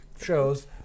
shows